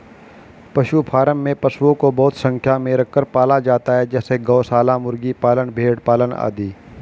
पशु फॉर्म में पशुओं को बहुत संख्या में रखकर पाला जाता है जैसे गौशाला, मुर्गी पालन, भेड़ पालन आदि